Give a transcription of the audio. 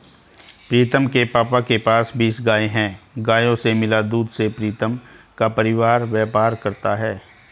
प्रीतम के पापा के पास बीस गाय हैं गायों से मिला दूध से प्रीतम का परिवार व्यापार करता है